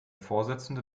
vorsitzende